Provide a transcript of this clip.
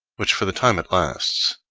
which for the time it lasts,